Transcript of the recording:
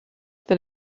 that